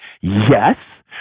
Yes